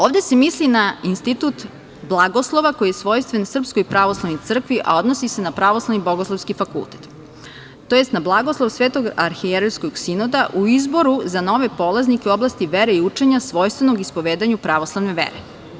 Ovde se misli na institut blagoslova koji je svojstven SPC, a odnosi se na Pravoslavni bogoslovski fakultet, tj. na blagoslov Svetog arhijerejskog sinoda u izboru za nove polaznike u oblasti vere i učenja svojstvenog ispovedanju pravoslavne vere.